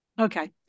Okay